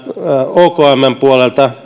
okmn puolelta